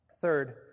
Third